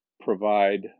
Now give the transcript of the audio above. provide